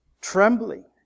trembling